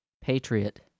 Patriot